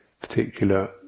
particular